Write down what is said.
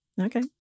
Okay